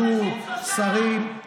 עלו שרים.